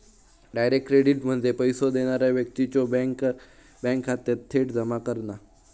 direct credit म्हणजे पैसो देणारा व्यक्तीच्यो बँक खात्यात थेट जमा करणा